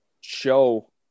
show